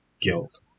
guilt